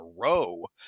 row